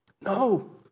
No